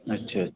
अच्छा